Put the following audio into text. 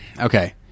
okay